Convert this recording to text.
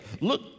Look